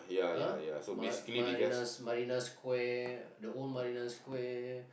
!huh! Mar~ Marina Marina Square the old Marina Square